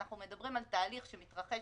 אנחנו מדברים על תהליך שמתרחש